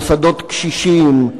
מוסדות קשישים,